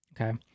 Okay